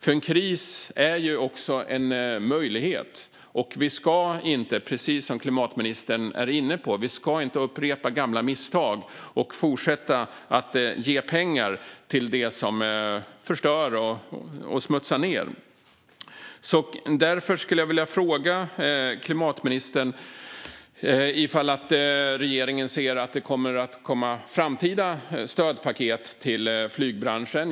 En kris är också en möjlighet. Vi ska inte, precis som klimatministern är inne på, upprepa gamla misstag och fortsätta att ge pengar till det som förstör och smutsar ned. Därför vill jag fråga klimatministern om regeringen ser att det kommer att komma framtida stödpaket till flygbranschen.